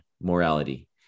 morality